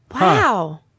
Wow